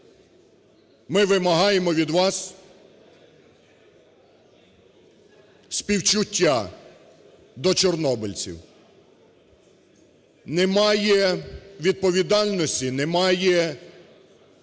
ми вимагаємо від вас співчуття до чорнобильців. Немає відповідальності, немає бажання